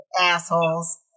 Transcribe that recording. Assholes